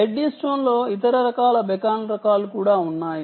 ఎడ్డీస్టోన్లో ఇతర రకాల బెకన్ రకాలు కూడా ఉన్నాయి